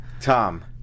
Tom